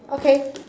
okay